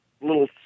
little